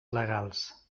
legals